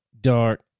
dark